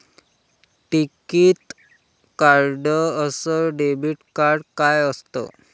टिकीत कार्ड अस debit card काय असत?